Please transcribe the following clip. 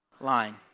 line